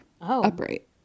upright